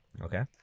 Okay